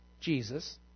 Jesus